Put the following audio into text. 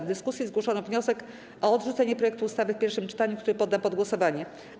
W dyskusji zgłoszono wniosek o odrzucenie projektu ustawy w pierwszym czytaniu, który poddam pod głosowanie.